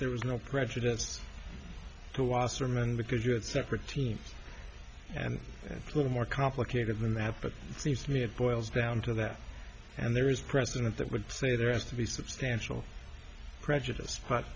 there was no prejudice to wasserman because you had separate teams and a little more complicated than that but it seems to me it boils down to that and there is precedent that would say there has to be substantial prejudice but